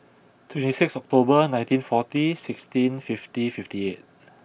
twenty six October nineteen forty sixteen fifty fifty eight